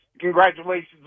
Congratulations